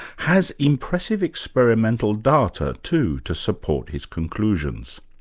has impressive experimental data, too, to support his conclusions.